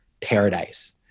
paradise